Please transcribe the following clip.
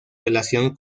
relación